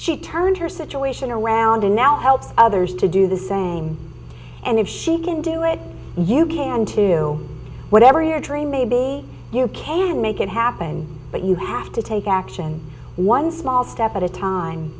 she turned her situation around and now help others to do the same and if she can do it you can too whatever your dream maybe you can make it happen but you have to take action one small step at a time